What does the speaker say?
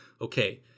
okay